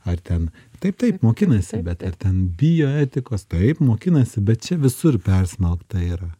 ar ten taip taip mokinasi bet ar ten bijo etikos taip mokinasi bet čia visur persmelkta yra